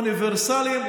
אוניברסליים,